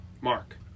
Mark